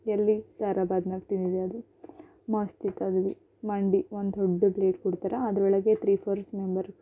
ಎಲ್ಲಿ ಸಾರಾಬಾದ್ನಾಗ ತಿಂದಿದ್ದೇ ಅದು ಮಸ್ತಿತ್ತದು ಬಿ ಮಂಡಿ ಒಂದು ದೊಡ್ಡ ಪ್ಲೇಟ್ ಕೊಡ್ತರ ಅದರೊಳಗೆ ತ್ರೀ ಫೋರ್ಸ್ ಮೆಂಬರು